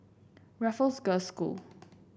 Raffles Girls' School